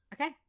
Okay